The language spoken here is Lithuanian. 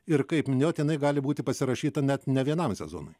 ir kaip minėjote jinai gali būti pasirašyta net ne vienam sezonui